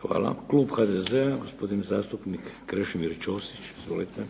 Hvala. **Šeks, Vladimir (HDZ)** Hvala. Klub HDZ-a, gospodin zastupnik Krešimir Ćosić. Izvolite.